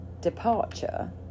departure